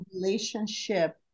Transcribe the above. relationship